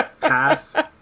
Pass